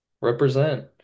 Represent